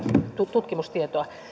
tutkimustietoa